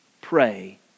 pray